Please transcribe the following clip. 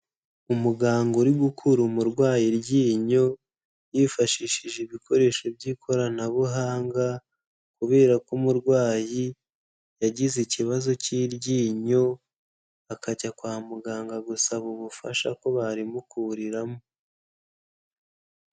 Umuganga uri gukura umurwayi iryinyo, yifashishije ibikoresho by'ikoranabuhanga, kubera ko umurwayi yagize ikibazo cy'iryinyo, akajya kwa muganga gusaba ubufasha ko barimukuriramo.